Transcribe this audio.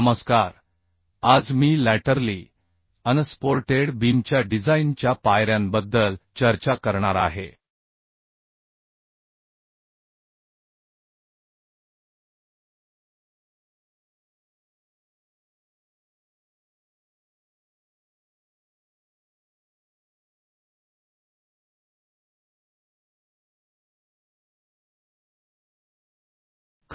नमस्कार आज मी लॅटरली अनसपोर्टेड बीमच्या डिझाइन च्या पायऱ्यांबद्दल चर्चा करणार आहे